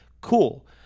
cool